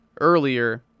earlier